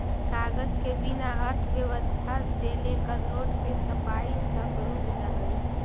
कागज के बिना अर्थव्यवस्था से लेकर नोट के छपाई तक रुक जा हई